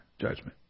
judgment